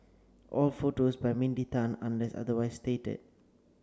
all photos by Mindy Tan unless otherwise stated